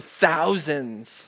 thousands